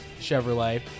Chevrolet